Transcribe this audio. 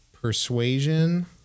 persuasion